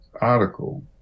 article